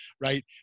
right